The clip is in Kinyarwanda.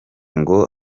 ngo